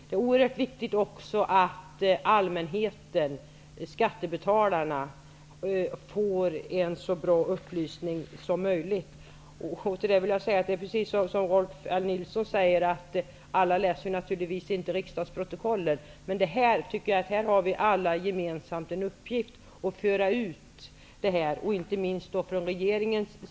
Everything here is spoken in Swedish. Det är också oerhört viktigt att allmänheten, skattebetalarna, får så bra upplysningar som möjligt. Det är precis som Rolf L Nilson säger, dvs. att alla naturligtvis inte läser riksdagsprotokollet, men här har vi alla gemensamt en uppgift i att föra ut detta, inte minst regeringen.